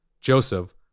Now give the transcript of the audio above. Joseph